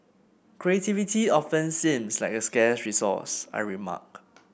creativity often seems like a scarce resource I remark